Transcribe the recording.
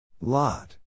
Lot